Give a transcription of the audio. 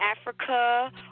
Africa